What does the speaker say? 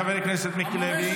חבר הכנסת מיקי לוי.